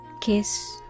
kiss